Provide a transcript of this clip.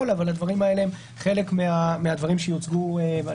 אבל הדברים האלה הם חלק מן הדברים שיוצגו מחר,